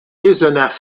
pézenas